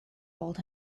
hold